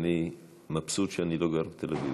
ואני מבסוט שאני לא גר בתל אביב.